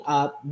up